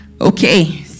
Okay